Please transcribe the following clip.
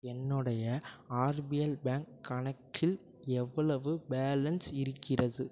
என்னுடைய RBL bank கணக்கில் எவ்வளவு பேலன்ஸ் இருக்கிறது